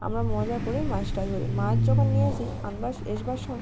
আমরা মজা করেই মাছটা ধরি মাছ যখন নিয়ে আসি আনবার আসবার সময়